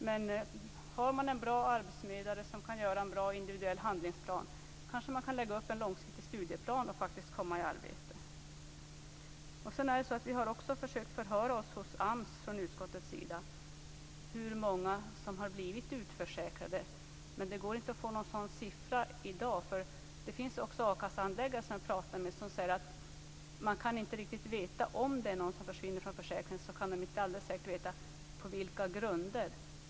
Men har man en bra arbetsförmedlare som kan göra en bra individuell handlingsplan går det kanske att lägga upp en långsiktig studieplan och att faktiskt komma i arbete. Från utskottets sida har vi försökt förhöra oss hos AMS om hur många det är som har blivit utförsäkrade men i dag går det inte att få någon sådan siffra. Vi har också pratat med a-kassehandläggare som säger att man inte, om någon försvinner från försäkringen, alldeles säkert kan veta på vilka grunder det skett.